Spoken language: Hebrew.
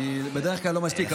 אני בדרך כלל לא משתיק,